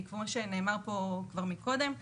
כי כפי שנאמר כאן כבר קודם,